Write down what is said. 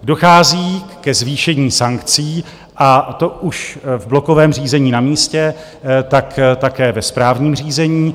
Dochází ke zvýšení sankcí, a to už v blokovém řízení na místě, tak také ve správním řízení.